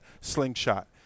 slingshot